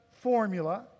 formula